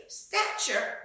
stature